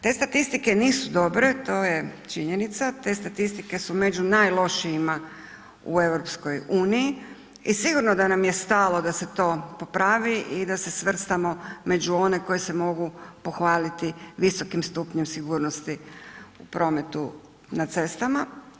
Te statistike nisu dobre to je činjenica, te statistike su među najlošijima u EU i sigurno da nam je stalo da se to popravi i da se svrstamo među one koji se mogu pohvaliti visokim stupnjem sigurnosti u prometu na cestama.